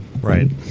Right